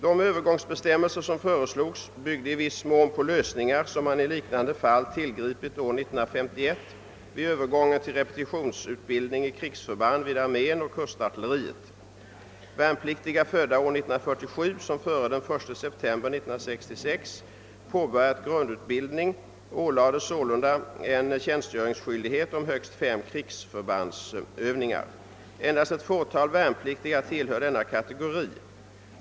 De övergångsbestämmelser som föreslogs byggde i viss mån på lösningar som man i liknande fall tillgripit år 1951 vid övergången till repetitionsutbildning i krigsförband vid armén och kustartilleriet. Värnpliktiga födda år 1947 som före den 1 september 1966 påbörjat grundutbildningen ålades sålunda en tjänstgöringsskyldighet om högst fem krigsförbandsövningar. Endast ett fåtal värnpliktiga tillhör denna kategori.